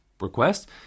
request